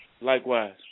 Likewise